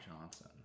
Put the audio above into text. Johnson